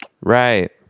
right